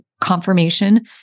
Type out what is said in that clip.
confirmation